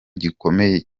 gukomeye